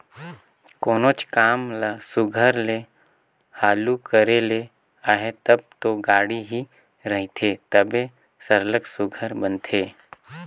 कोनोच काम ल सुग्घर ले हालु करे ले अहे तब दो गाड़ी ही रहथे तबे सरलग सुघर बनथे